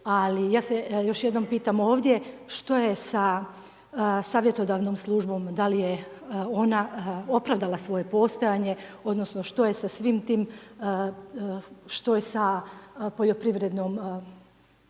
Ali ja se još jednom pitam ovdje, što je sa savjetodavnom službom, da li je ona opravdala svoje postojanje, odnosno, što je sa svim tim, što je sa poljoprivrednom, sa